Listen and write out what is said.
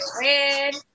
red